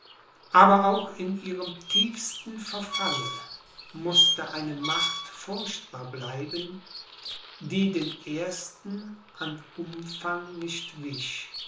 aber auch in ihrem tiefsten verfalle mußte eine macht furchtbar bleiben die den ersten an umfang nicht wich